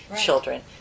children